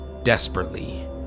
Desperately